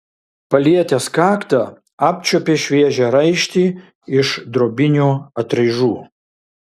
palietęs kaktą apčiuopė šviežią raištį iš drobinių atraižų